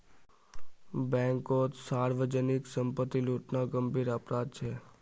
बैंककोत सार्वजनीक संपत्ति लूटना गंभीर अपराध छे